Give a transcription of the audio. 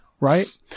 Right